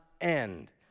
end